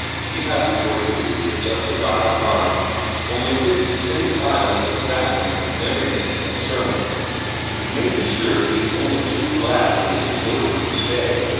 he has his work to do, just as i have mine only his is ten times as exacting in everything except sermons and you may be sure he is only too glad when it is over each day,